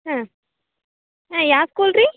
ಹಾಂ ಹಾಂ ಯಾವ ಸ್ಕೂಲ್ರಿ